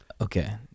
Okay